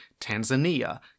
Tanzania